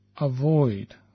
avoid